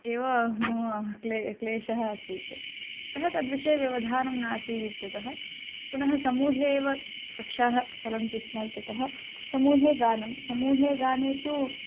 एव मम क्ले क्लेशः आसीत् अतः तद्विषये व्यवधानं नासीद् इत्यतः पुनः समूहे एव कक्षाः चलन्ति स्म इत्यतः समूहे गानं समूहे गाने तु